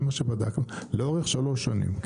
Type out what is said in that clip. זה מה שבדקנו לאורך שלוש שנים.